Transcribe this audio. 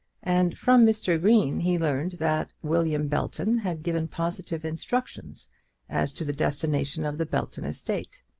and from mr. green he learned that william belton had given positive instructions as to the destination of the belton estate.